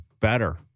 better